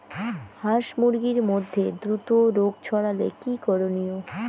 হাস মুরগির মধ্যে দ্রুত রোগ ছড়ালে কি করণীয়?